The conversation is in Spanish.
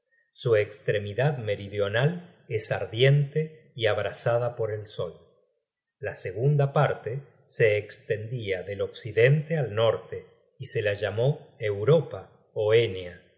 su estremidad meridional es ardiente y abrasada por el sol la segunda parte se estendia del occidente al norte y se la llamó europa ó enea